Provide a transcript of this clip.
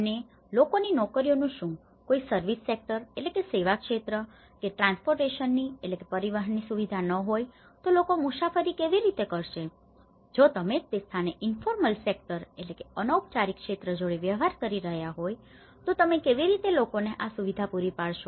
અને લોકોની નોકરીઓનું શું કોઈ સર્વિસ સેક્ટર service sector સેવા ક્ષેત્ર કે ટ્રાન્સપોર્ટટેશનની transportation પરિવહન સુવિધા ન હોય તો લોકો મુસાફરી કેવી રીતે કરશે જો તમે જ તે સ્થાને ઇન્ફોર્મલ સેક્ટર informal sector અનૌપચારિક ક્ષેત્ર જોડે વ્યવહાર કરી રહ્યા હોય તો તમે કેવી રીતે લોકોને આ સુવિધા પૂરી પાડશો